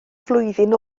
flwyddyn